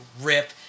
rip